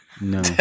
no